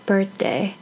Birthday